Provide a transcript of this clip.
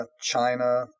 China